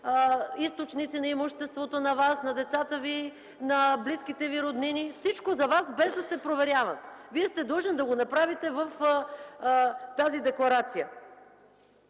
източници на имуществото на Вас, на децата Ви, на близките Ви роднини. Всичко за Вас – без да се проверява! Вие сте длъжен да го направите в тази декларация.